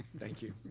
thank you,